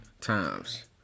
times